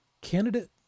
candidate